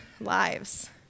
lives